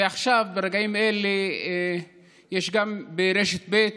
ועכשיו, ברגעים אלה, גם ברשת ב'